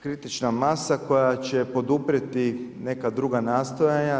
Kritična masa koja će poduprijeti neka druga nastojanja.